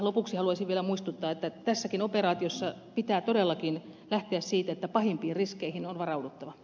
lopuksi haluaisin vielä muistuttaa että tässäkin operaatiossa pitää todellakin lähteä siitä että pahimpiin riskeihin on varauduttava